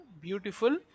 beautiful